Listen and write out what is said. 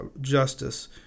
justice